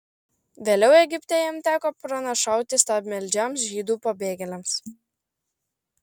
vėliau egipte jam teko pranašauti stabmeldžiams žydų pabėgėliams